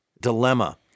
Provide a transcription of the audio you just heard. dilemma